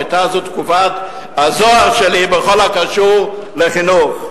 היתה זו תקופת הזוהר שלי בכל הקשור לחינוך.